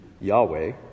Yahweh